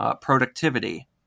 productivity